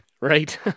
Right